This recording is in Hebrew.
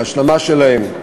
ההשלמה שלהן,